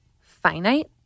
finite